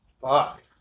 fuck